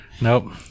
Nope